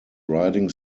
riding